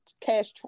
Cash